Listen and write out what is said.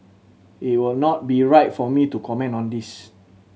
it would not be right for me to comment on this